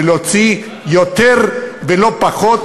ולהוציא יותר ולא פחות,